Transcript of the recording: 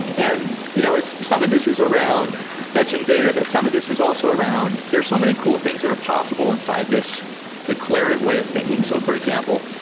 and you know some of this is around fetching data, but some of this is also around there are so many cool things that are possible inside this declarative way of thinking. so for example,